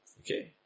Okay